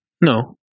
No